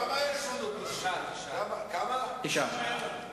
הממשלה מתערבת בצורה כל כך חזקה בכלכלה,